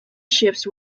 ships